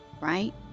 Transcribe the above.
right